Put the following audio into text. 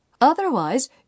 Otherwise